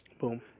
boom